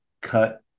cut